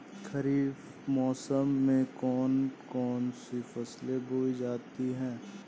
खरीफ मौसम में कौन कौन सी फसलें बोई जाती हैं?